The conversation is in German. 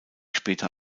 später